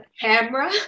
camera